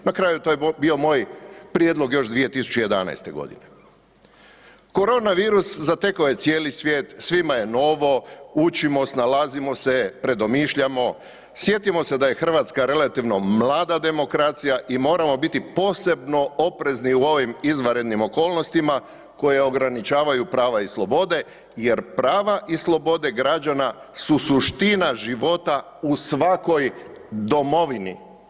Na kraju to je bio moj prijedlog još 2011. g. Koronavirus zatekao je cijeli svijet, svima je novo, učimo, snalazimo se, predomišljamo, sjetimo se da je Hrvatska relativno mlada demokracija i moramo biti posebno oprezni u ovim izvanrednim okolnostima koje ograničavaju prava i slobode jer prava i slobode građana su suština života u svakoj domovini.